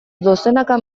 dozenaka